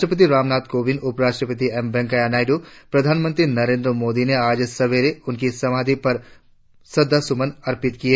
राष्ट्रपति राम नाथ कोविंग उपराष्ट्रपति एम वेंकैया नायडू प्रधानमंत्री नरेन्द्र मोदी ने आज सवेरे उनकी समाधि पर श्रद्धासुमन अर्पित किए